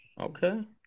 Okay